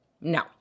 No